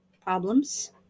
problems